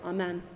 Amen